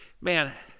Man